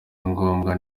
ngombwa